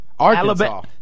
Alabama